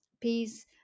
peace